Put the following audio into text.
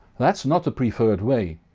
that's not the preferred way,